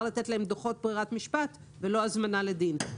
לתת להן דוחות ברירת משפט ולא הזמנה לדין.